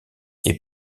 est